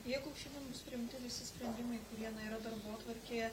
jeigu šiandien bus priimti visi sprendimai kurie na yra darbotvarkėje